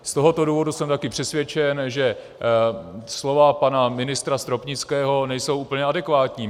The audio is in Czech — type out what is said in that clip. Z tohoto důvodu jsem taky přesvědčen, že slova pana ministra Stropnického nejsou úplně adekvátní.